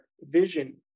vision